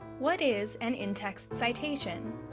what is an in-text citation?